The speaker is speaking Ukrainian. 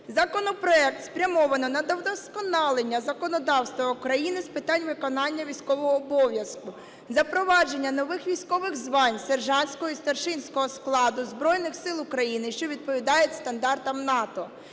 Законопроект спрямовано на вдосконалення законодавства України з питань виконання військового обов'язку, запровадження нових військових звань сержантського і старшинського складу Збройних Сил України, що відповідають стандартам НАТО,